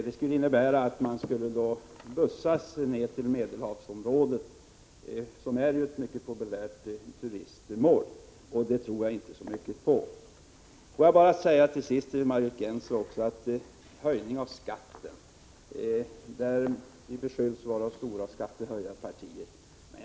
Det skulle innebära att folk skulle bussas ned till Medelhavsområdet, som är ett mycket populärt turistmål — det tror jag inte så mycket på. Låt mig till sist bara säga några ord till Margit Gennser, som bekyller oss för att vara det stora skattehöjarpartiet.